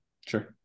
sure